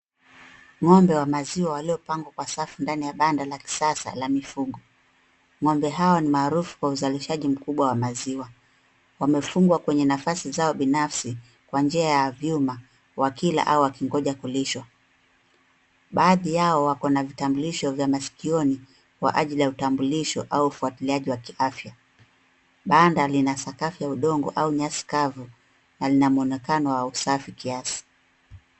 Ng'ombe wa maziwa waliopagwa kwa safu ndani ya banda la kisasa la mifugo. Ng'ombe hawa ni maarufu kwa uzalishaji mkubwa wa maziwa. Wamefungwa kwenye nafasi zao binafsi kwa njia ya vyuma wakila au wakingoja kulishwa. Baadhi yao wako na vitambulisho vya masikioni kwa ajili ya utambulisho au ufuatiliaji wa kiafya. Banda lina sakafu ya udongo au nyasi kavu na lina mwonekano wa usafi kiasi.